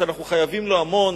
שאנחנו חייבים לו המון,